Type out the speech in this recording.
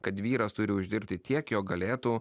kad vyras turi uždirbti tiek jog galėtų